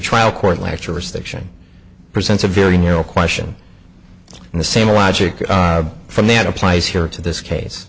trial court lecturer section presents a very narrow question and the same logic from that applies here to this case